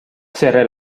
cerré